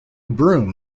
broom